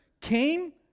came